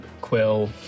quill